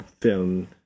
film